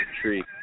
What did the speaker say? tree